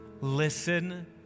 Listen